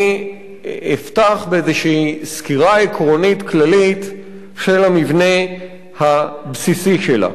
אפתח באיזו סקירה עקרונית כללית של המבנה הבסיסי שלה.